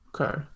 Okay